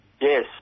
yes